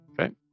Okay